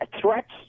threats